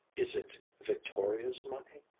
is it victoria's money?